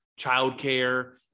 childcare